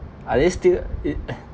are they still it